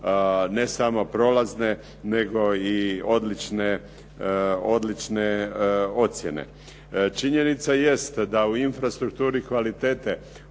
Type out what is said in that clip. ne samo prolazne nego i odlične ocjene. Činjenica jest da u infrastrukturi kvalitete